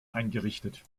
eingerichtet